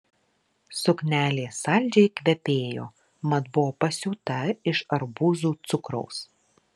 suknelė saldžiai kvepėjo mat buvo pasiūta iš arbūzų cukraus